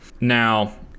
Now